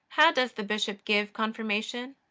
how does the bishop give confirmation?